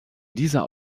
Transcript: dieser